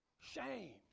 shame